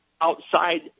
outside